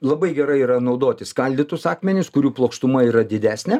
labai gerai yra naudoti skaldytus akmenis kurių plokštuma yra didesnė